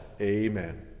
Amen